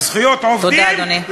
זכויות עובדים, תודה, אדוני.